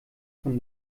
von